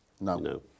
No